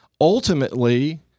ultimately